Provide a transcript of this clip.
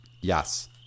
Yes